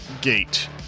gate